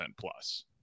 plus